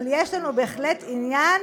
אבל יש לנו בהחלט עניין